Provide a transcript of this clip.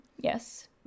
Yes